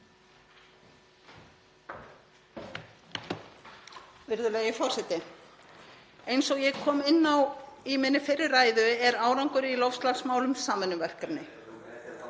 Virðulegi forseti. Eins og ég kom inn á í minni fyrri ræðu er árangur í loftslagsmálum samvinnuverkefni.